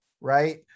right